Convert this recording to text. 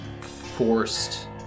forced